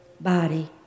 body